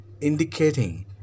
indicating